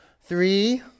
Three